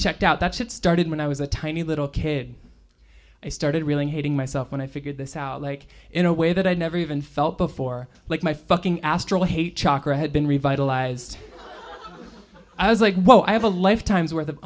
checked out that shit started when i was a tiny little kid i started really hating myself when i figured this out like in a way that i never even felt before like my fucking astral hate chaka had been revitalized i was like whoa i have a lifetime's worth